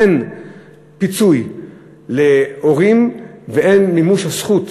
אין פיצוי להורים ואין מימוש הזכות